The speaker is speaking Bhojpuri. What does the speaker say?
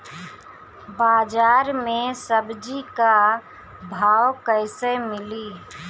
बाजार मे सब्जी क भाव कैसे मिली?